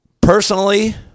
personally